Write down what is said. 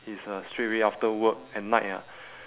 is uh straight away after work at night ah